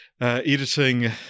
editing